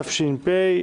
התשפ"א,